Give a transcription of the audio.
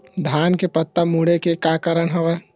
धान के पत्ता मुड़े के का कारण हवय?